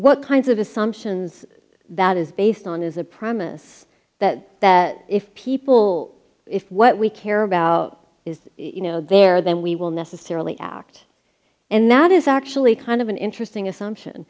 what kinds of assumptions that is based on is a promise that if people if what we care about is you know there then we will necessarily act and that is actually kind of an interesting assumption